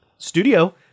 Studio